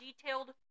detailed